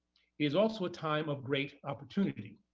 is also a time of great opportunity.